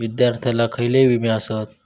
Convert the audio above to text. विद्यार्थ्यांका खयले विमे आसत?